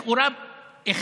אחד, לכאורה,